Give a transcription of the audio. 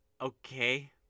Okay